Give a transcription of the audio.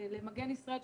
ל"מגן ישראל",